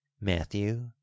Matthew